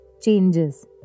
changes